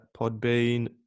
podbean